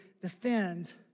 defend